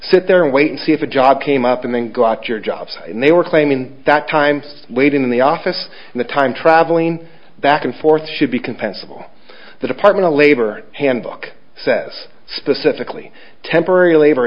sit there and wait and see if a job came up and then got your job and they were claiming that time late in the office and the time traveling back and forth should be compensable the department of labor handbook says specifically temporary labor